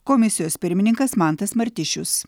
komisijos pirmininkas mantas martišius